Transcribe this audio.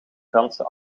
franse